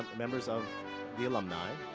members of the alumni.